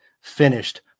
finished